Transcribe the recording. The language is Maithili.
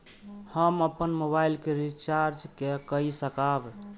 हम अपन मोबाइल के रिचार्ज के कई सकाब?